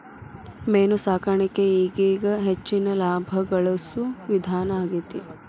main ಸಾಕಾಣಿಕೆ ಈಗೇಗ ಹೆಚ್ಚಿನ ಲಾಭಾ ಗಳಸು ವಿಧಾನಾ ಆಗೆತಿ